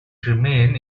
remain